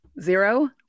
Zero